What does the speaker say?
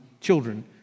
children